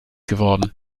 geworden